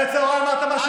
אנחנו תומכים בעמדה שלכם.